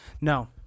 No